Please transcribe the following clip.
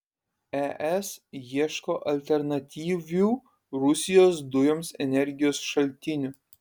es ieško alternatyvių rusijos dujoms energijos šaltinių